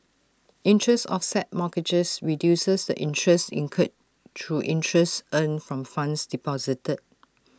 interest offset mortgages reduces the interest incurred through interest earned from funds deposited